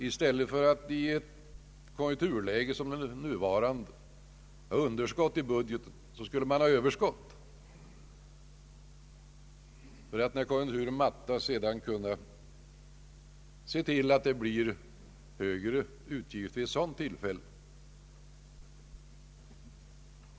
I stället för att i ett konjunkturläge som det nuvarande ha underskott i budgeten borde man ha överskott för att, om konjunkturen sedan mattas, då se till att öka de statliga utgifterna.